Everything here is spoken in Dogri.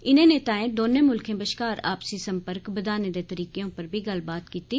इने नेताए दौनें मुल्खें बश्कार आपसी संपर्क बघाने दे तरीकें उप्पर बी गल्लबात कीत्ती